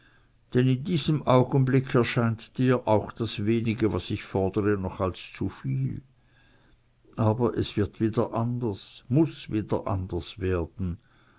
denn in diesem augenblick erscheint dir auch das wenige was ich fordere noch als zu viel aber es wird wieder anders muß wieder anders werden